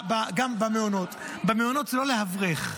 במעונות זה לא לאברך.